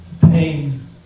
pain